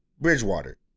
Bridgewater